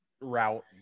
route